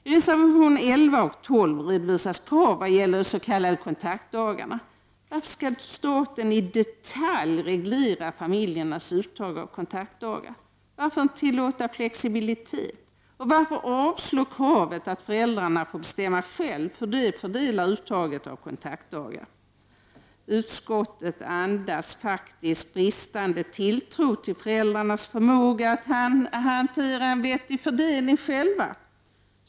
I reservationerna 13 och 14 redovisas krav när det gäller de s.k. kontaktdagarna. Varför skall staten i detalj reglera familjernas uttag av kontaktdagar? Varför kan man inte tillåta flexibilitet? Och varför skall man avslå kravet att föräldrarna själva får bestämma hur de fördelar uttaget av kontaktdagar? Utskottet andas faktiskt bristande tilltro till föräldrarnas förmåga att hantera en vettig fördelning själva.